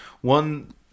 one